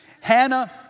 Hannah